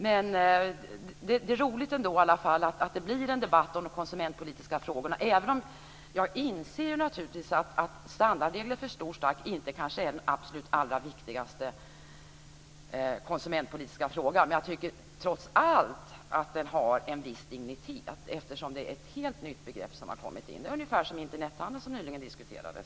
Men det är ändå roligt att det blir en debatt om de konsumentpolitiska frågorna även om jag naturligtvis inser att standardregler för stor stark inte kanske är den absolut viktigaste konsumentpolitiska frågan. Men jag tycker trots allt att den har en viss dignitet, eftersom det är ett helt nytt begrepp som har tillkommit. Det är ungefär som Internethandeln som nyligen diskuterades.